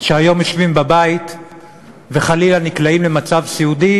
שהיום יושבים בבית וחלילה נקלעים למצב סיעודי,